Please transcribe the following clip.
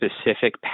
specific